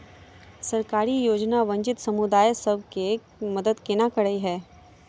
सरकारी योजना वंचित समुदाय सब केँ मदद केना करे है?